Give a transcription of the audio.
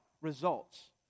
results